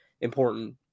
important